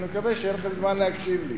ואני מקווה שיהיה לכם זמן להקשיב לי.